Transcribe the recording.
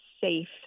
safe